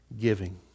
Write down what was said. Giving